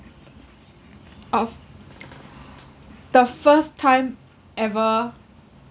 of the first time ever